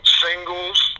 singles